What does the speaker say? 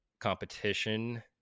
competition